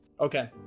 Okay